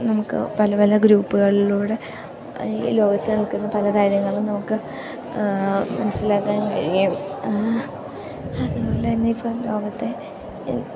നമുക്ക് പല പല ഗ്രൂപ്പുകളിലൂടെ ഈ ലോകത്ത് നടക്കുന്ന പല കാര്യങ്ങളും നമുക്ക് മനസ്സിലാക്കാൻ കഴിയും അതുപോലെ തന്നെ ഇപ്പം ലോകത്തെ